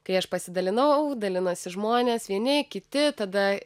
kai aš pasidalinau dalinosi žmonės vieni kiti tada